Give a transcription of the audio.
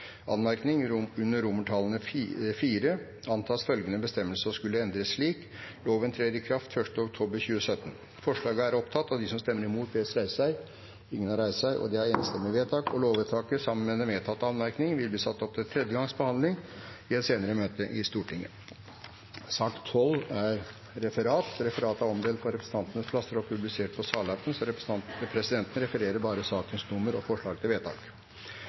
Anmerkning: Under IV antas følgende bestemmelse å skulle endres slik: Loven trer i kraft 1. oktober 2017.» Det voteres over dette forslaget. Lovvedtaket – sammen med den vedtatte anmerkning – vil bli satt opp til tredje gangs behandling i et senere møte i Stortinget. Dermed er dagens kart ferdigbehandlet. Forlanger noen ordet før møtet heves? – Møtet er